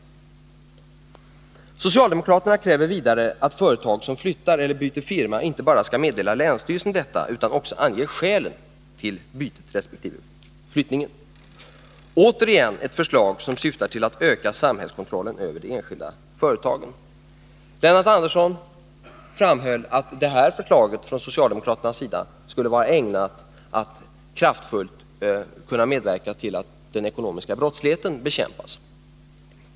Socialdemokraterna kräver vidare att företag som flyttar eller byter firma inte bara skall meddela länsstyrelsen detta utan också ange skälen till bytet resp. flyttningen. Återigen ett förslag som syftar till att öka samhällskontrollen över de enskilda företagen! Lennart Andersson framhöll att det här förslaget från socialdemokraterna skulle vara ägnat att kraftfullt medverka till att den ekonomiska brottsligheten bekämpas.